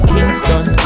Kingston